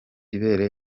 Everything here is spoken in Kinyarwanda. ibere